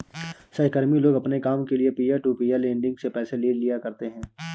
सहकर्मी लोग अपने काम के लिये पीयर टू पीयर लेंडिंग से पैसे ले लिया करते है